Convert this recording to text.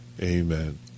Amen